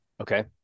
Okay